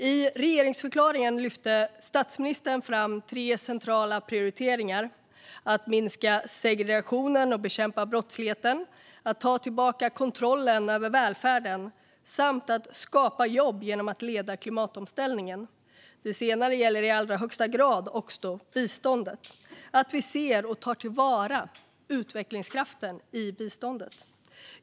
I regeringsförklaringen lyfte statsministern fram tre centrala prioriteringar: att minska segregationen och bekämpa brottsligheten, att ta tillbaka kontrollen över välfärden samt att skapa jobb genom att leda klimatomställningen. Det senare gäller i allra högsta grad också biståndet. Det är viktigt att vi ser och tar till vara utvecklingskraften i biståndet.